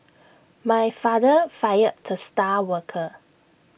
my father fired the star worker